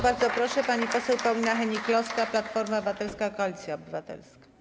Bardzo proszę, pani poseł Paulina Hennig-Kloska, Platforma Obywatelska - Koalicja Obywatelska.